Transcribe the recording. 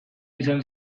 izan